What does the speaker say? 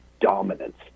dominance